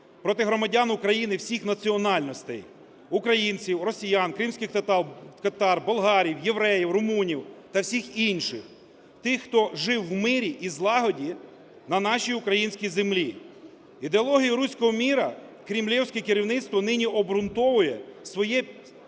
проти громадян України всіх національностей: українців, росіян, кримських татар, болгарів, євреїв, румунів та всіх інших, тих, хто жив в мирі і злагоді на нашій українській землі. Ідеологію "руського мира" кремлівське керівництво нині обґрунтовує своє… нею